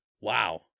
wow